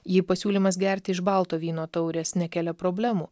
ji pasiūlymas gerti iš balto vyno taurės nekelia problemų